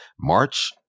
March